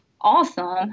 awesome